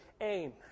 aim